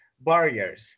barriers